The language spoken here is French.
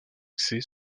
axée